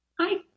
Hi